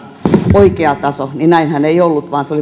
oikea taso niin näinhän ei ollut vaan se